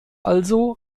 also